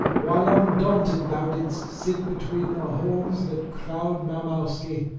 while undaunted thou didst sit between the horns that crowned mowmowsky.